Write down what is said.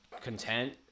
content